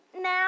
now